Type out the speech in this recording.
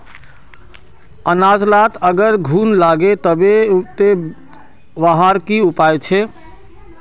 अनाज लात अगर घुन लागे जाबे ते वहार की उपाय छे?